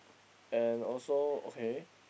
and also okay